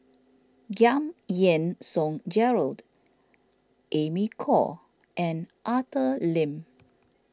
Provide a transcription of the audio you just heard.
Giam Yean Song Gerald Amy Khor and Arthur Lim